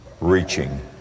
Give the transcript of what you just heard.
reaching